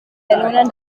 bellona